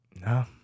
no